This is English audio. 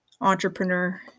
entrepreneur